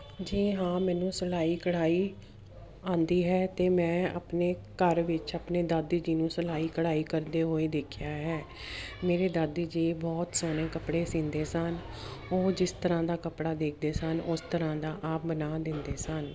ਜੀ ਹਾਂ ਮੈਨੂੰ ਸਿਲਾਈ ਕਢਾਈ ਆਉਂਦੀ ਹੈ ਅਤੇ ਮੈਂ ਆਪਣੇ ਘਰ ਵਿੱਚ ਆਪਣੇ ਦਾਦੀ ਜੀ ਨੂੰ ਸਿਲਾਈ ਕਢਾਈ ਕਰਦੇ ਹੋਏ ਦੇਖਿਆ ਹੈ ਮੇਰੇ ਦਾਦੀ ਜੀ ਬਹੁਤ ਸੋਹਣੇ ਕੱਪੜੇ ਸੀਂਦੇ ਸਨ ਉਹ ਜਿਸ ਤਰ੍ਹਾਂ ਦਾ ਕੱਪੜਾ ਦੇਖਦੇ ਸਨ ਉਸ ਤਰ੍ਹਾਂ ਦਾ ਆਪ ਬਣਾ ਦਿੰਦੇ ਸਨ